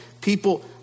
People